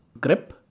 grip